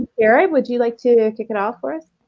yeah. would you like to to kick it off for